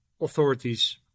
authorities